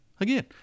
again